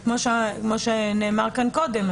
כמו שנאמר כאן קודם,